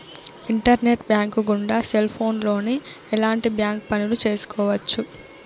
internet bank గుండా cell ఫోన్లోనే ఎలాంటి బ్యాంక్ పనులు చేసుకోవచ్చు